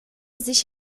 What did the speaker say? sich